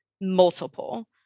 multiple